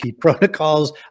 protocols